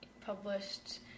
published